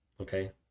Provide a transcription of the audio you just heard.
okay